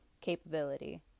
capability